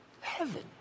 Heaven